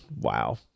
wow